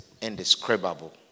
indescribable